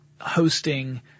hosting